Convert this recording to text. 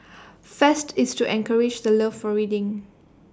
fest is to encourage the love for reading